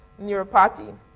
neuropathy